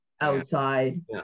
outside